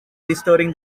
restoring